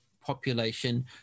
population